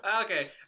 okay